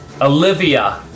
Olivia